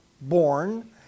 born